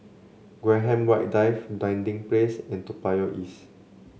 Graham White Drive Dinding Place and Toa Payoh East